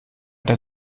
der